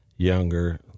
Younger